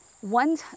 one